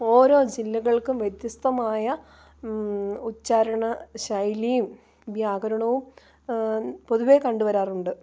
ഓരോ ജില്ലകൾക്കും വ്യത്യസ്തമായ ഉച്ചാരണ ശൈലിയും വ്യാകരണോം പൊതുവേ കണ്ടുവരാറുണ്ട്